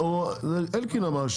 כן?